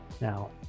Now